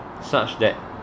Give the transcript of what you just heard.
such that